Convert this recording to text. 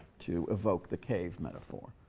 to evoke the cave metaphor.